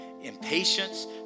impatience